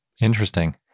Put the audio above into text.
Interesting